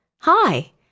Hi